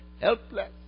helpless